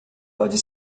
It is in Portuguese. pode